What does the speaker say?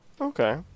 Okay